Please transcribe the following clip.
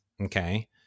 Okay